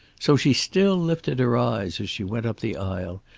so she still lifted her eyes as she went up the aisle,